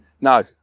No